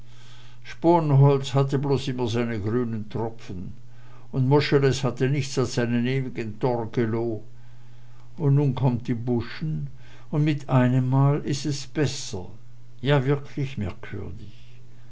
sponholz hatte bloß immer seine grünen tropfen und moscheles hatte nichts als seinen ewigen torgelow und nu kommt die buschen und mit einem mal is es besser ja wirklich merkwürdig